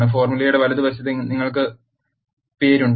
ഫോർമുലയുടെ വലതുവശത്ത് നിങ്ങൾക്ക് പേരുണ്ട്